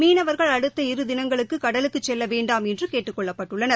மீனவர்கள் அடுத்த இரு தினங்களுக்கு கடலுக்குச் செல்ல வேண்டாம் என்று கேட்டுக் கொள்ளப்பட்டுள்ளனர்